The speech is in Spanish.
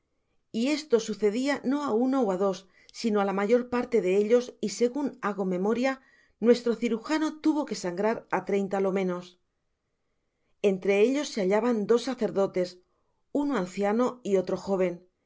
y esto sucedia no á uno ó á dos sino á la mayor parte de ellos y segun hago memoria nuestro cirujano tuvo que sangrar á treinta lo menos entre ellos se hallaban dos sacerdotes uno anciano y otro jóven